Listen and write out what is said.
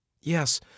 Yes